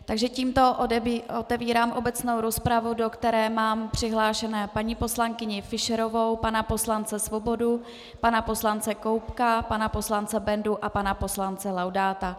Takže tímto otevírám obecnou rozpravu, do které mám přihlášené paní poslankyni Fischerovou, pana poslance Svobodu, pana poslance Koubka, pana poslance Bendu a pana poslance Laudáta.